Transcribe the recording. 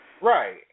Right